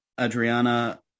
Adriana